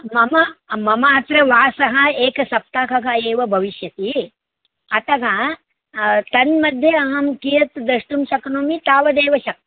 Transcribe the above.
मम मम अत्र वासः एकसप्ताहः एव भविष्यति अतः तन्मध्ये अहं कियत् द्रष्टुं शक्नोमि तावदेव शक्यम्